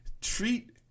Treat